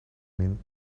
mean